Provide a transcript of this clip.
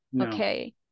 okay